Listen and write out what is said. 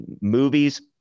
movies